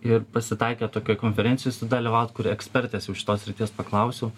ir pasitaikė tokioj konferencijoj sudalyvaut kur ekspertės jau šitos srities paklausiau